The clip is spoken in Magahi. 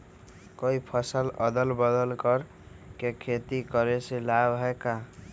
कोई फसल अदल बदल कर के खेती करे से लाभ है का?